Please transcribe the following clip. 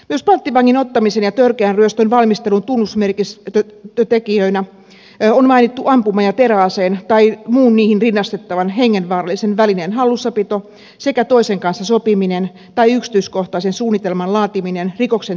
myös panttivangin ottamisen ja törkeän ryöstön valmistelun tunnusmerkistötekijöinä on mainittu ampuma ja teräaseen tai muun niihin rinnastettavan hengenvaarallisen välineen hallussapito sekä toisen kanssa sopiminen tai yksityiskohtaisen suunnitelman laatiminen rikoksen tekemisestä